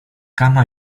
kama